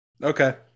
Okay